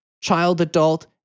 child-adult